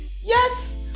Yes